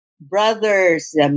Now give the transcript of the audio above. brothers